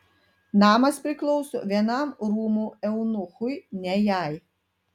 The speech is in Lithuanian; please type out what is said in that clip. namas priklauso vienam rūmų eunuchui ne jai